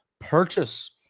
purchase